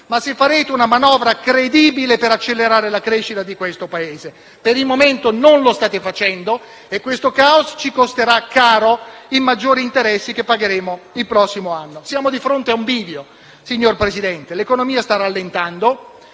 ma se farete una manovra credibile per accelerare la crescita di questo Paese. Per il momento non lo state facendo e questo caos ci costerà caro in maggiori interessi che pagheremo il prossimo anno. Siamo di fronte a un bivio, signor Presidente. L'economia sta rallentando,